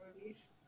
movies